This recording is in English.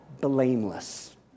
blameless